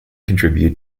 contribute